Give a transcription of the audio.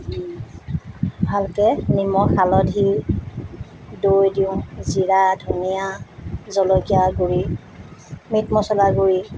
ভালকৈ নিমখ হালধি দৈ দিওঁ জিৰা ধনিয়া জলকীয়াৰ গুড়ি মিট মচলাৰ গুড়ি